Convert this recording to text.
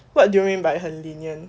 what do you mean by 很 lenient